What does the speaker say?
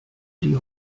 die